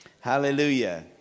Hallelujah